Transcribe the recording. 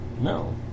no